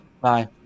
bye